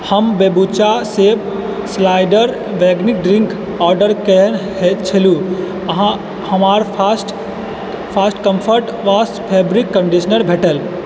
हम बोम्बुचा सेब cider vinegar drink order केने छलहुँ आओर हमरा fast comfort after wash fabric conditioner भेटल